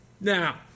Now